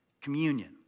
communion